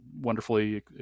wonderfully